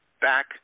back